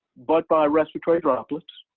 but by respiratory droplets,